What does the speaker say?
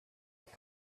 with